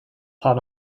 hot